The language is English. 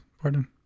pardon